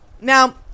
Now